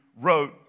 wrote